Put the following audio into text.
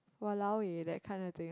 !walao! eh that kind of thing